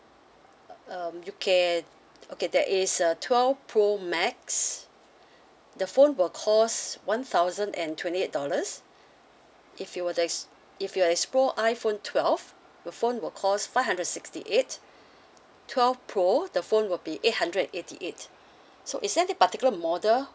um you can okay there is a twelve pro max the phone will cost one thousand and twenty eight dollars if you were to ex~ if you were to explore iphone twelve the phone will cost five hundred sixty eight twelve pro the phone will be eight hundred and eighty eight so is there any particular model